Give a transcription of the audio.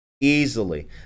easily